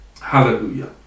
Hallelujah